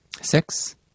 Six